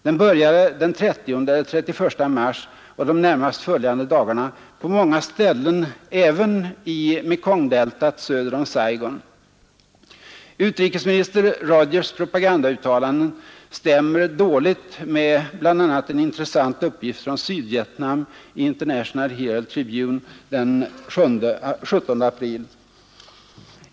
Den började den 30 eller 31 mars och de närmast följande dagarna på många ställen, även i Mekongdeltat söder om Saigon. Utrikesminister Rogers” propagandauttalanden stämmer för övrigt dåligt med bl.a. en intressant uppgift från Sydvietnam i International Herald Tribune den 17 april.